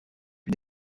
une